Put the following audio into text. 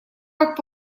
как